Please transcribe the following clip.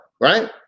right